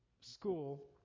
school